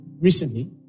recently